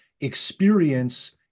experience